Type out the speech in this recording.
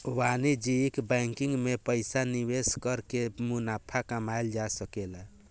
वाणिज्यिक बैंकिंग में पइसा निवेश कर के मुनाफा कमायेल जा सकेला